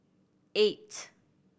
eight